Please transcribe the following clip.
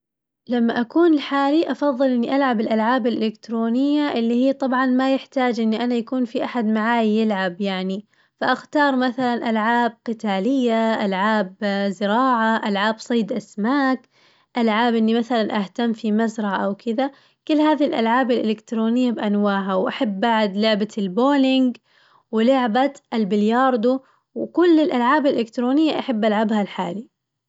لما أكون لحالي أفظل إني ألعب الألعاب الإلكترونية اللي هي طبعاً ما يحتاج إني أنا يكون في أحد معاي يلعب يعني، فأختار مثلاً ألعاب قتالية ألعاب زراعية ألعاب صيد أسماك، ألعاب إني مثلاً أهتم في مزرعة أو كذا، كل هذي الألعاب الإلكترونية بأنواعها وأحب بعد لعبة البولينق، ولعبة البلياردو وكل الألعاب الإلكترونية أحب ألعبها لحالي.